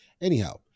Anyhow